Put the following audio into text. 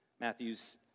Matthew's